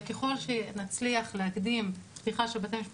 וככל שנצליח להקדים פתיחה של בתי משפט